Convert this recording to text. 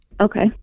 Okay